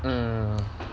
um